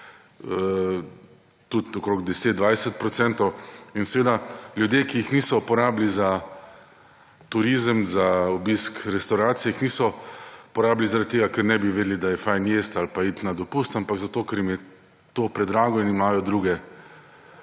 tudi okoli 10, 20 %. In seveda ljudje, ki jih niso porabili za turizem, za obisk restavracij, jih niso porabili zaradi tega, ker ne vedeli da je fajn jesti ali pa iti na dopust, ampak zato, ker jim je to predrago in imajo druge